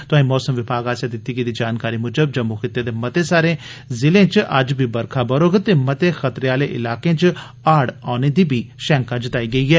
तोआई मौसम विभाग आसेआ दित्ती गेदी जानकारी मताबक जम्मू खित्ते दे मते सारे जिलें च अज्ज बी बरखा बरोग ते मते खतरे आह्ले इलाकें च हाड़ औने दी बी शैंका जताई गेई ऐ